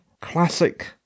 classic